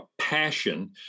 passion